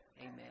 Amen